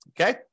okay